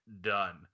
done